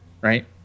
right